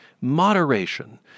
moderation